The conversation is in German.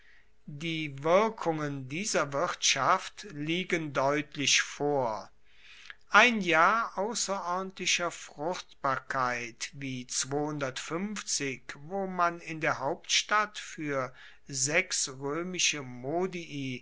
die wirkungen dieser wirtschaft liegen deutlich vor ein jahr ausserordentlicher fruchtbarkeit wie wo man in der hauptstadt fuer roemische modii